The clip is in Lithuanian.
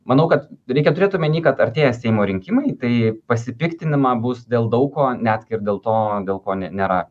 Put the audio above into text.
manau kad reikia turėt omeny kad artėja seimo rinkimai tai pasipiktinimą bus dėl daug ko net ir dėl to dėl ko nėra